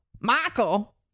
Michael